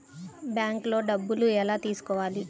బ్యాంక్లో డబ్బులు ఎలా తీసుకోవాలి?